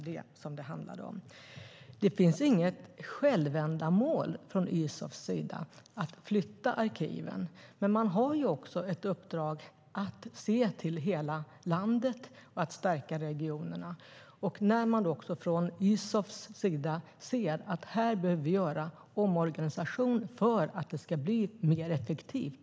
Det finns inget självändamål från Isofs sida med att flytta arkiven, men man har ett uppdrag att se till hela landet och att stärka regionerna. Från Isofs sida ser man att man behöver göra en omorganisation för att det ska bli mer effektivt.